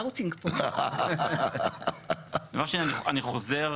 אני חוזר